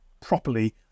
properly